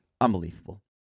Unbelievable